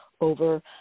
over